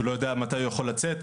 שהוא לא יודע מתי הוא יכול לצאת,